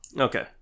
Okay